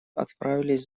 отправились